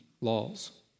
laws